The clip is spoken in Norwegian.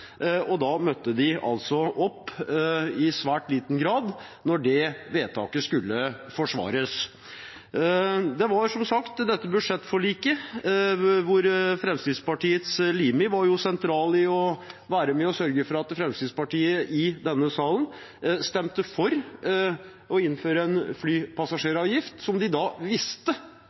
og da møtte de i svært liten grad opp da det vedtaket skulle forsvares. I det budsjettforliket var Fremskrittspartiets Limi sentral og var med og sørget for at Fremskrittspartiet i denne salen stemte for å innføre en flypassasjeravgift, som de visste